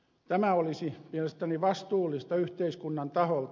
tämä olisi mielestäni vastuullista yhteiskunnan taholta